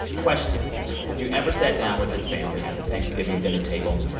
question have you ever sat down with your family at the thanksgiving dinner table,